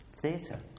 theatre